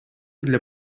для